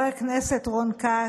אבל בסדר.